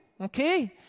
okay